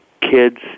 kids